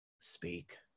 speak